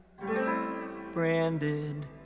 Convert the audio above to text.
Branded